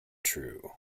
true